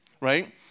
right